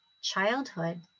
childhood